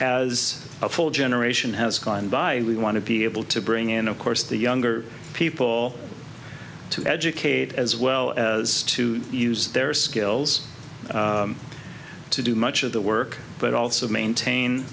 as a full generation has gone by we want to be able to bring in of course the younger people to educate as well as to use their skills to do much of the work but also maintain